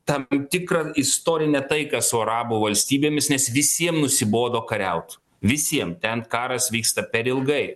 tam tikrą istorinę taiką su arabų valstybėmis nes visiem nusibodo kariaut visiem ten karas vyksta per ilgai